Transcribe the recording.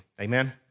Amen